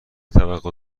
توقع